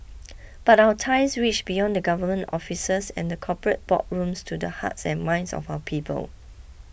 but our ties reach beyond the government offices and the corporate boardrooms to the hearts and minds of our people